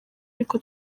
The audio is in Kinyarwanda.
ariko